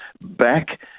back